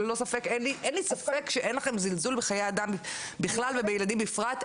ואין לי ספק שאין לכם זלזול בחיי אדם בכלל ובילדים בפרט,